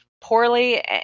poorly